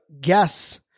guess